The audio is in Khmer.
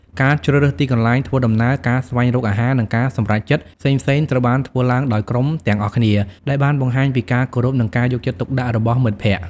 ការជ្រើសរើសទីកន្លែងធ្វើដំណើរ ការស្វែងរកអាហារ និងការសម្រេចចិត្តផ្សេងៗត្រូវបានធ្វើឡើងដោយក្រុមទាំងអស់គ្នា ដែលបានបង្ហាញពីការគោរពនិងការយកចិត្តទុកដាក់របស់មិត្តភក្តិ។